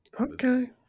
Okay